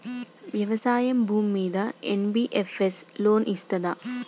వ్యవసాయం భూమ్మీద NBFS loan ఇస్తదా?